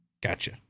Gotcha